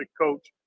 coach